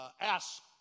Ask